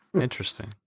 Interesting